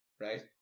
Right